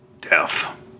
death